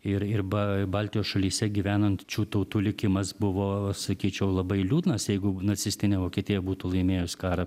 ir ir ba baltijos šalyse gyvenančių tautų likimas buvo sakyčiau labai liūdnas jeigu nacistinė vokietija būtų laimėjus karą